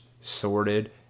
sorted